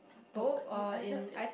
book you either eh